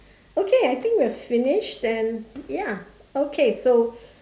okay I think we are finished and ya okay so